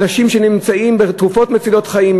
אנשים שצורכים תרופות מצילות חיים,